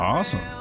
Awesome